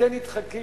תן לי את חלקי,